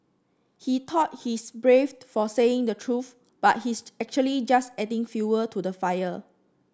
he thought he's brave for saying the truth but he's actually just adding fuel to the fire